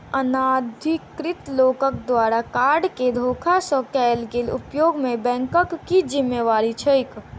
अनाधिकृत लोकक द्वारा कार्ड केँ धोखा सँ कैल गेल उपयोग मे बैंकक की जिम्मेवारी छैक?